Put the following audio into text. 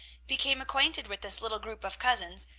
became acquainted with this little group of cousins,